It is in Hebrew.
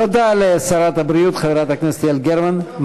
תודה לשרת הבריאות חברת הכנסת יעל גרמן.